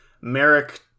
Merrick